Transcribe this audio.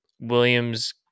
Williams